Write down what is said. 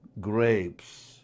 grapes